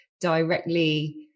directly